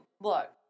Look